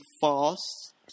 fast